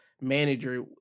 manager